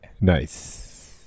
Nice